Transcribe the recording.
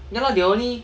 ya lor they only